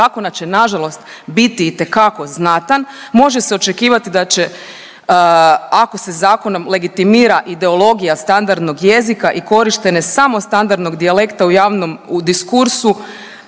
zakona će nažalost biti itekako znatan. Može se očekivati da će ako se zakonom legitimira ideologija standardnog jezika i korištenje samo standardnog dijalekta u javnom, u diskursu